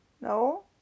no